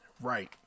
right